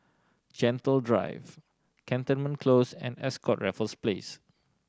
Gentle Drive Cantonment Close and Ascott Raffles Place